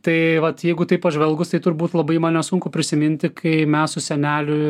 tai vat jeigu taip pažvelgus tai turbūt labai man nesunku prisiminti kai mes su seneliu